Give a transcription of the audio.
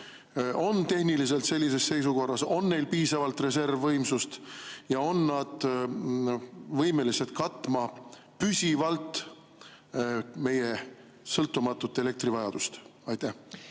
on tehniliselt sellises seisukorras, on neil piisavalt reservvõimsust, et nad oleksid võimelised katma püsivalt meie sõltumatut elektrivajadust? Jaa,